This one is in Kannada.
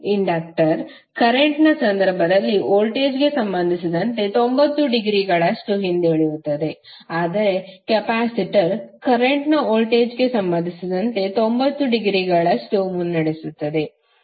ಇಂಡಕ್ಟರ್ ಕರೆಂಟ್ನ ಸಂದರ್ಭದಲ್ಲಿ ವೋಲ್ಟೇಜ್ಗೆ ಸಂಬಂಧಿಸಿದಂತೆ 90 ಡಿಗ್ರಿಗಳಷ್ಟು ಹಿಂದುಳಿಯುತ್ತದೆ ಆದರೆ ಕೆಪಾಸಿಟರ್ ಕರೆಂಟ್ನ ವೋಲ್ಟೇಜ್ಗೆ ಸಂಬಂಧಿಸಿದಂತೆ 90 ಡಿಗ್ರಿಗಳಷ್ಟು ಮುನ್ನಡೆಸುತ್ತದೆ